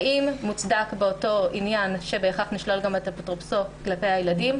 האם מוצדק באותו עניין שבהכרח נשלול גם את האפוטרופסות שלו כלפי הילדים?